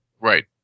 Right